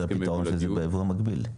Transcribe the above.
הבאתם פתרון שזה יהיה בייבוא מקביל.